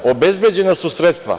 Obezbeđna su sredstva.